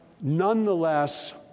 nonetheless